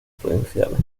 provinciales